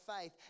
faith